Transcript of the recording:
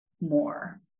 more